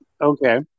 Okay